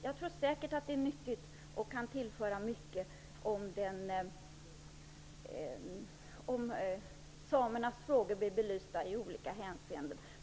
Jag tror säkert att det är nyttigt och kan tillföra mycket om samernas frågor blir belysta i olika hänseenden.